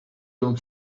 will